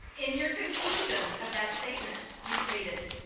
in your conclusion of that statement, you stated,